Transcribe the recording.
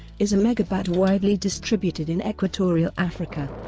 is a megabat widely distributed in equatorial africa.